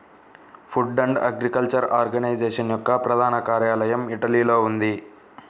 food and agriculture organization యొక్క ప్రధాన కార్యాలయం ఇటలీలో ఉంది